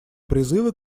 призывы